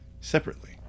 separately